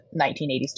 1980s